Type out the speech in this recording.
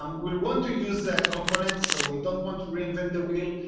um we'll want to use components. so we don't want to reinvent the wheel.